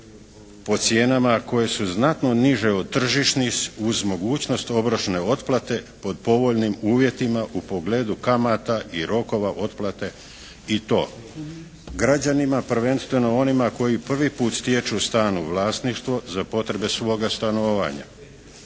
po cijenama koje su znatno niže od tržišnih uz mogućnost obročne otplate pod povoljnim uvjetima u pogledu kamata i rokova otplate i to građanima prvenstveno onima koji prvi put stječu stan u vlasništvo za potrebe svoga stanovanja,